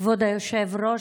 כבוד היושב-ראש,